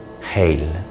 Hail